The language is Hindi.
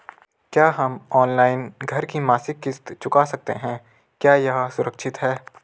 क्या हम ऑनलाइन घर की मासिक किश्त चुका सकते हैं क्या यह सुरक्षित है?